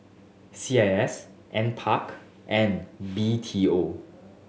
C I S NPARK and B T O